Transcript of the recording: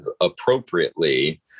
appropriately